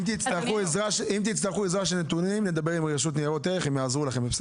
אם תצטרכו עזרה של נתונים נדבר עם רשות ניירות ערך והם יעזרו לכם.